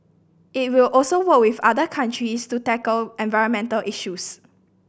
it will also work with other countries to tackle environmental issues